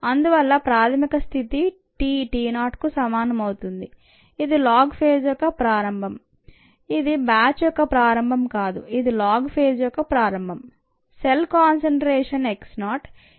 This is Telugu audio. అందువల్ల ప్రాథమిక స్థితి t t 0కు సమానం అవుతుంది ఇది లోగ్ ఫేజ్ యొక్క ప్రారంభం ఇది బ్యాచ్ యొక్క ప్రారంభం కాదు ఇది లోగ్ ఫేజ్ యొక్క ప్రారంభంసెల్ కాన్సంట్రేషన్ x 0